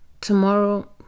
tomorrow